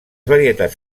varietats